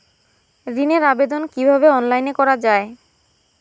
ঋনের আবেদন কিভাবে অনলাইনে করা যায়?